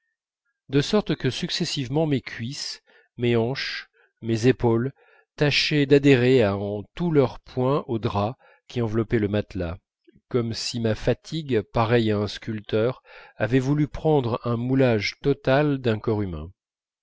de sorte que successivement mes cuisses mes hanches mes épaules tâchaient d'adhérer en tous leurs points aux draps qui enveloppaient le matelas comme si ma fatigue pareille à un sculpteur avait voulu prendre un moulage total d'un corps humain